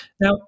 Now